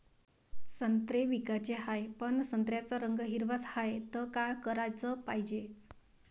संत्रे विकाचे हाये, पन संत्र्याचा रंग हिरवाच हाये, त का कराच पायजे?